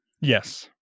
Yes